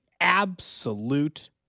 absolute